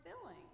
filling